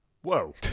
Whoa